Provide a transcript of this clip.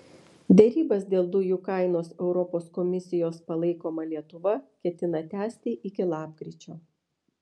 derybas dėl dujų kainos europos komisijos palaikoma lietuva ketina tęsti iki lapkričio